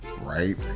right